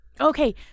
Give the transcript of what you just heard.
okay